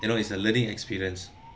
you know it's a learning experience